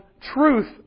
truth